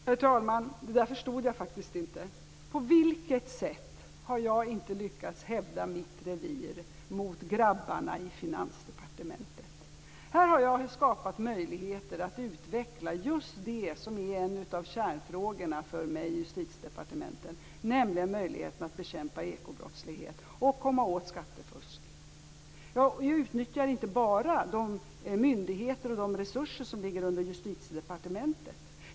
Herr talman! Det där förstod jag faktiskt inte. På vilket sätt har jag inte lyckats hävda mitt revir mot grabbarna i Finansdepartementet? Här har jag skapat möjligheter att utveckla just det som är en av kärnfrågorna för mig och Justitiedepartementet, nämligen möjligheterna att bekämpa ekobrottslighet och komma åt skattefusk. Jag utnyttjar inte bara de myndigheter och de resurser som ligger under Justitiedepartementet.